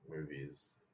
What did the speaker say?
movies